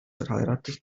verheiratet